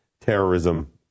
terrorism